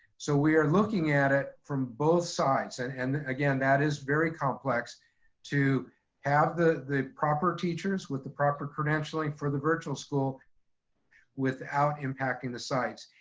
so we are looking at it from both sides. and and again, that is very complex to have the the proper teachers with the proper credentialing for the virtual school without impacting the sites.